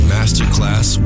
Masterclass